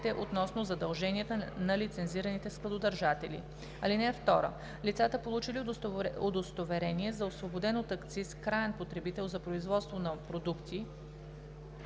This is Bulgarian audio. относно задълженията на лицензираните складодържатели. (2) Лицата, получили удостоверение за освободен от акциз краен потребител за производство на продукти